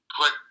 put